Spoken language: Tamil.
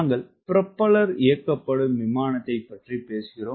நாங்கள் புரொப்பல்லர் இயக்கப்படும் விமானத்தைப் பற்றி பேசுகிறோம்